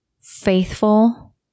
faithful